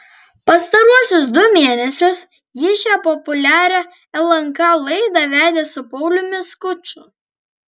pastaruosius du mėnesius ji šią populiarią lnk laidą vedė su pauliumi skuču